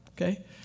okay